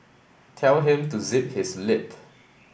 tell him to zip his lip